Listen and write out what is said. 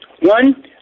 One